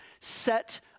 set